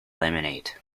lemonade